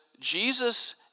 Jesus